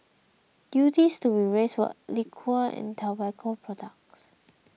duties to be raised for liquor and tobacco products